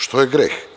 Što je greh?